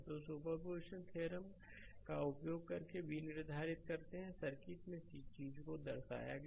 तो सुपरपोजिशन थ्योरमका उपयोग करके v निर्धारित करते हैं सर्किट में इस चीज़ को दर्शाया गया है